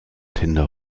tinder